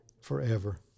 forever